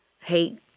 hate